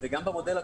במודל הקודם,